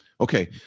Okay